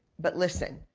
but listen.